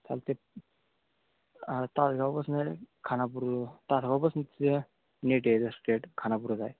चालत आहे तासगावपासून खानापूर तासगावपासून स्टेट खानापूरच आहे